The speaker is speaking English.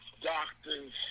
doctors